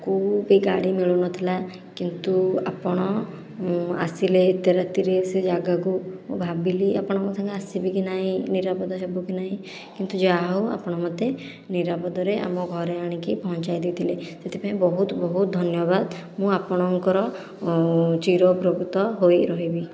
କେଉଁ ବି ଗାଡ଼ି ମିଳୁନଥିଲା କିନ୍ତୁ ଆପଣ ଆସିଲେ ଏତେ ରାତିରେ ସେ ଜାଗାକୁ ମୁଁ ଭାବିଲି ଆପଣଙ୍କ ସାଙ୍ଗେ ଆସିବି କି ନାହିଁ ନିରାପଦ ହେବ କି ନାହିଁ କିନ୍ତୁ ଯାହା ହେଉ ଆପଣ ମୋତେ ନିରାପଦରେ ଆମ ଘରେ ଆଣିକି ପହଞ୍ଚାଇ ଦେଇଥିଲେ ସେଥିପାଇଁ ବହୁତ ବହୁତ ଧନ୍ୟବାଦ ମୁଁ ଆପଣଙ୍କର ଚିରୋପକୃତ ହୋଇ ରହିବି